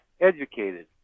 educated